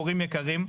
הורים יקרים,